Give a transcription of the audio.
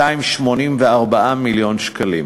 ל-26.284 מיליארד שקלים.